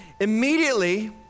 Immediately